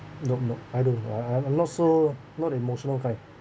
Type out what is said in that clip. nope nope I don't I I I'm a not so not emotional kind